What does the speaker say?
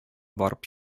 барып